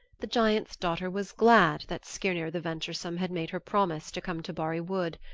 the giant's daughter was glad that skirnir the venturesome had made her promise to come to barri wood.